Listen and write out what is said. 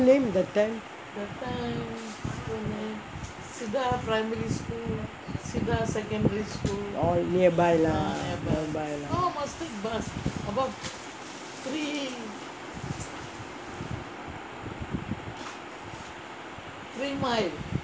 name that time all nearby lah nearby lah